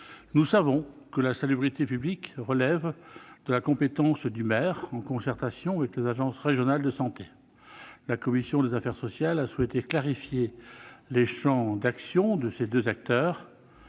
Nous savons que la salubrité publique relève de la compétence du maire, en concertation avec l'agence régionale de santé. La commission des affaires sociales a souhaité clarifier les champs d'action de ces deux acteurs.